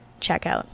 checkout